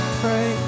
pray